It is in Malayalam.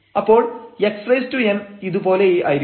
അപ്പോൾ xn ഇതു പോലെയായിരിക്കും